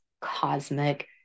cosmic